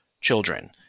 children